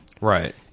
Right